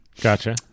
Gotcha